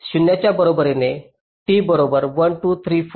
तर हे 0 च्या बरोबर t बरोबर 1 2 3 4 आणि इतके आहे